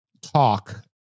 talk